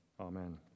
Amen